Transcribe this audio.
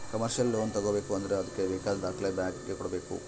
commercial loan ತಗೋಬೇಕು ಅಂದ್ರೆ ಅದ್ಕೆ ಬೇಕಾದ ದಾಖಲೆ ಬ್ಯಾಂಕ್ ಗೆ ಕೊಡ್ಬೇಕು